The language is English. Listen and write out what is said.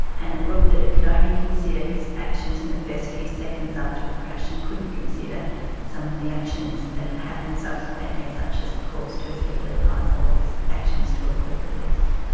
and it ruled that it could only consider his actions in the first few seconds after the crash and couldn't consider some of the actions that had happened subsequently, such as the calls to his legal adviser or his actions to avoid police.